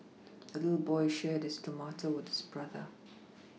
the little boy shared his tomato with his brother